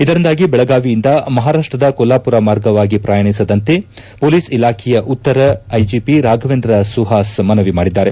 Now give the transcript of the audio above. ಇದರಿಂದಾಗಿ ಬೆಳಗಾವಿಯಿಂದ ಮಹಾರಾಷ್ಟದ ಕೊಲ್ಲಾಪುರ ಮಾರ್ಗವಾಗಿ ಪ್ರಯಾಣಿಸದಂತೆ ಹೊಲೀಸ್ ಇಲಾಖೆಯ ಉತ್ತರ ಐಜಿಪಿ ರಾಫವೇಂದ್ರ ಸುಹಾಸ್ ಮನವಿ ಮಾಡಿದ್ದಾರೆ